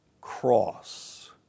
cross